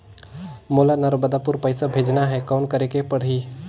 मोला नर्मदापुर पइसा भेजना हैं, कौन करेके परही?